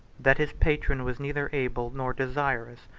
that his patron was neither able, nor desirous,